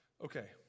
Okay